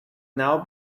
now